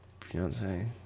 Beyonce